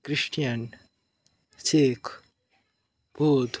Christian Sikh Boudh